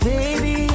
Baby